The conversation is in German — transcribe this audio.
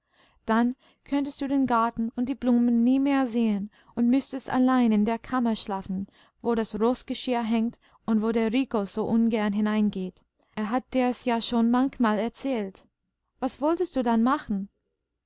dann könntest du den garten und die blumen nie mehr sehen und müßtest allein in der kammer schlafen wo das roßgeschirr hängt und wo der rico so ungern hineingeht er hat dir's ja schon manchmal erzählt was wolltest du dann machen